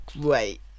great